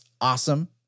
awesome